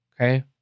Okay